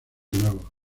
nuevos